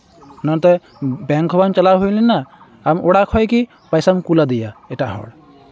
ᱱᱚᱛᱮ ᱵᱮᱝᱠ ᱦᱚᱸ ᱵᱟᱝ ᱪᱟᱞᱟᱣ ᱦᱩᱭ ᱞᱮᱱᱟ ᱟᱢ ᱚᱲᱟᱜ ᱠᱷᱚᱱ ᱜᱮ ᱯᱚᱭᱥᱟᱢ ᱠᱩᱞ ᱟᱫᱮᱭᱟ ᱮᱴᱟᱜ ᱦᱚᱲ